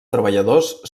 treballadors